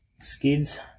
Skids